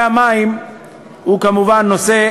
ונושא המים הוא כמובן נושא